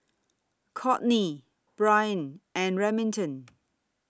Kourtney Brien and Remington